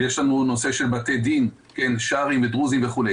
ויש לנו נושא של בתי דין שרעיים ודרוזיים וכו'.